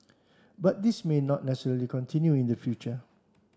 but this may not necessarily continue in the future